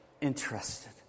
interested